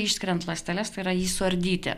išskiriant ląsteles tai yra jį suardyti